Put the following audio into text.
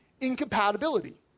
incompatibility